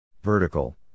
Vertical